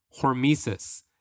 hormesis